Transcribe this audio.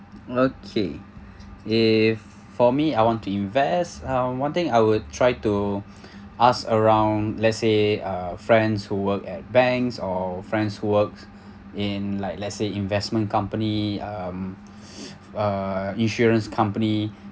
okay if for me I want to invest uh one thing I would try to ask around let's say uh friends who work at banks or friends works in like let's say investment company um uh insurance company